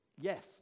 Yes